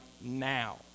now